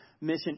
Mission